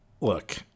look